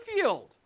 field